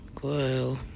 Whoa